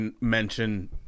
mention